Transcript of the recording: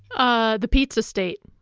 ah the pizza state.